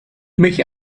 mich